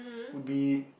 would be